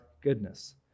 goodness